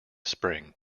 spring